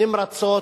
נמרצות,